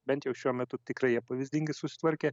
bent jau šiuo metu tikrai jie pavyzdingai susitvarkė